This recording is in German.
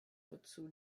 wozu